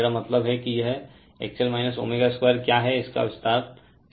मेरा मतलब है कि यह XL ω2 क्या है इसका विस्तार किया गया है